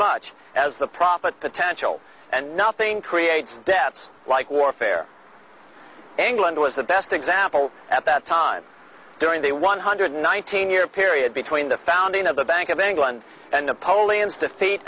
much as the profit potential and nothing creates debts like warfare england was the best example at that time during the one hundred nineteen year period between the founding of the bank of england and the